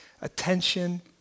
attention